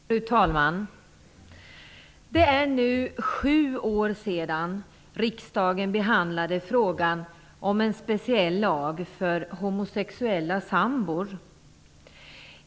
Fru talman! Det är nu sju år sedan riksdagen behandlade frågan om en speciell lag för homosexuella sambor.